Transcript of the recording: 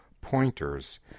pointers